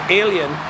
alien